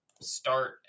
start